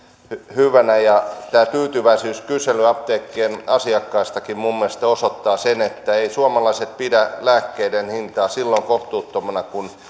hyvänä ja tämä tyytyväisyyskysely apteekkien asiakkaistakin mielestäni osoittaa sen että eivät suomalaiset pidä lääkkeiden hintaa silloin kohtuuttomana kun